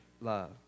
love